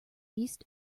east